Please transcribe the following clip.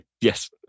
Yes